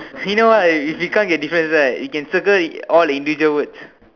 you know why if we can't get the difference right we can circle all the individual words